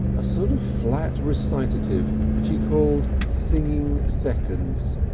a sort of flat recitative which he called singing seconds.